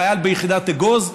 חייל ביחידת אגוז,